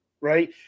right